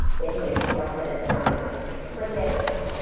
they can express it as sounding like crickets,